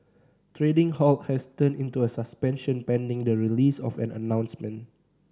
trading halt has turned into a suspension pending the release of an announcement